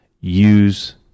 Use